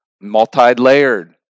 Multi-layered